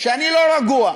שאני לא רגוע,